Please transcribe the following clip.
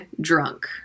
drunk